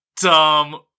dumb